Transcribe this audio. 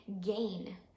gain